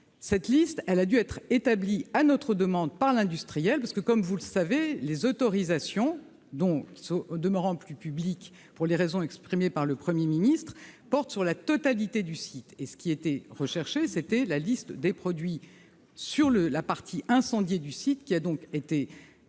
Cette liste a dû être établie à notre demande par l'industriel, parce que, comme vous le savez, les autorisations, qui ne sont au demeurant plus publiques pour les raisons exprimées par le Premier ministre, portent sur la totalité du site. Or ce qui était requis, c'était la liste des produits présents sur la partie incendiée du site. Celle-ci a été diffusée